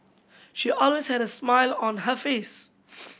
she always had a smile on her face